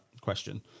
question